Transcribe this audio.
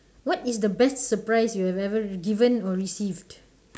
what is the best surprise you have ever given or received